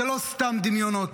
אלה לא סתם דמיונות,